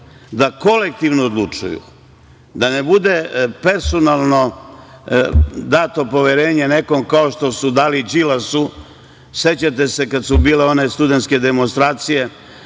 da kolektivno odlučuju, da ne bude personalno dato poverenje nekom kao što su dali Đilasu. Sećate se kad su bile one studentske demonstracije